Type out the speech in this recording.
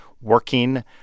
working